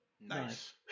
nice